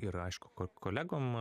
ir aišku ko kolegom